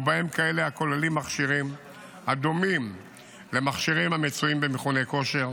ובהם כאלה הכוללים מכשירים הדומים למכשירים המצויים במכוני כושר,